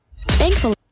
thankfully